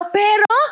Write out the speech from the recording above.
pero